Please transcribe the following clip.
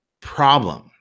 problem